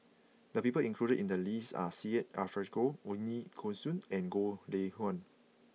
the people included in the list are Syed Alsagoff Ooi Kok Chuen and Goh Lay Kuan